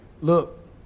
Look